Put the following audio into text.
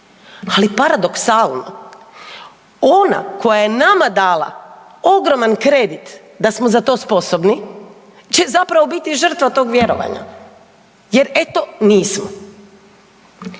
Ali, paradoksalno, ona koja je nama dala ogroman kredit da smo za to sposobni će zapravo biti žrtva tog vjerovanja, jer eto, nismo.